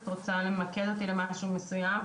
את רוצה למקד אותי למשהו מסוים?